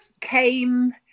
came